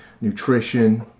nutrition